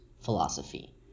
philosophy